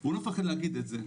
הוא לא מפחד להגיד את זה.